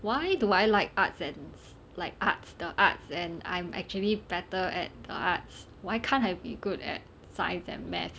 why do I like arts and like arts the arts and I'm actually better at the arts why can't I be good at science and math